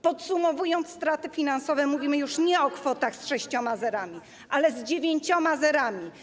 Podsumowując straty finansowe, mówimy już nie o kwotach z sześcioma zerami, a o kwotach z dziewięcioma zerami.